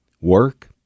Work